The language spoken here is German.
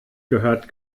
gehört